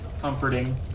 comforting